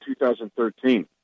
2013